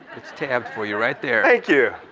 tabbed for you right there. thank you.